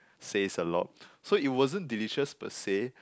says a lot so it wasn't delicious per se